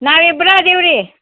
ನಾವಿಬ್ರು ಅದಿವಿ ರೀ